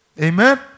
Amen